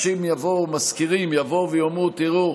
משכירים יבואו ויאמרו: תראו,